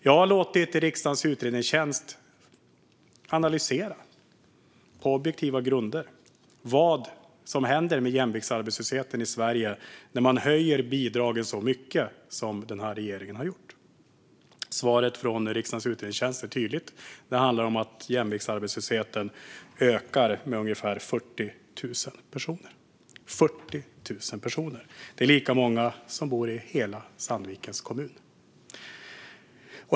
Jag har låtit riksdagens utredningstjänst på objektiva grunder analysera vad som händer med jämviktsarbetslösheten i Sverige när man höjer bidragen så mycket som den här regeringen har gjort. Svaret från riksdagens utredningstjänst är tydligt. Det handlar om att jämviktsarbetslösheten ökar med ungefär 40 000 personer. Det är lika många som bor i hela Sandvikens kommun.